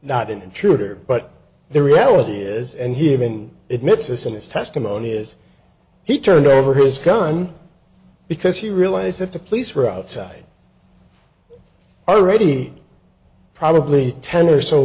not an intruder but the reality is and he even admits this in his testimony is he turned over his gun because he realized that the police were outside already probably ten or so